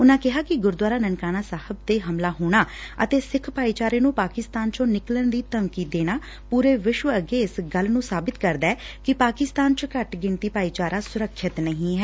ਉਨੂਾ ਕਿਹਾ ਕਿ ਗੁਰਦੁਆਰਾ ਨਨਕਾਣਾ ਸਾਹਿਬ ਤੇ ਹਮਲਾ ਹੋਣਾ ਅਤੇ ਸਿੱਖ ਭਾਈਚਾਰੇ ਨੂੂੰ ਪਾਕਿਸਤਾਨ ਚੋ ਨਿਕਲਣ ਦੀ ਧਮਕੀ ਦੇਣਾ ਪੂਰੇ ਵਿਸ਼ਵ ਅੱਗੇ ਇਸ ਗੱਲ ਨੂੰ ਸਾਬਿਤ ਕਰਦਾ ਐ ਕਿ ਪਾਕਿਸਤਾਨ ਚ ਘੱਟ ਗਿਣਤੀ ਭਾਈਚਾਰਾ ਸੁਰੱਖਿਅੱਤ ਨਹੀਂ ਐ